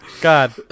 God